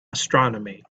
astronomy